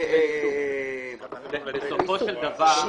לעיסוק.